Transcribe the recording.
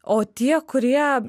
o tie kurie